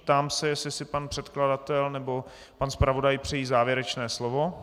Ptám se, jestli si pan předkladatel nebo pan zpravodaj přejí závěrečné slovo.